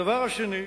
הדבר השני: